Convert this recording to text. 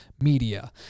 media